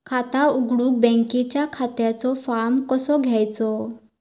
खाता उघडुक बँकेच्या खात्याचो फार्म कसो घ्यायचो?